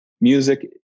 Music